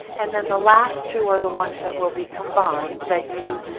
and then the last two are the ones that will be combined that you